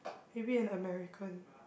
maybe an American